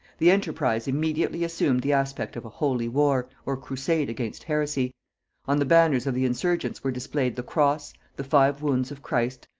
the enterprise immediately assumed the aspect of a holy war, or crusade against heresy on the banners of the insurgents were displayed the cross, the five wounds of christ,